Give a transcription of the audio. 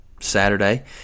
Saturday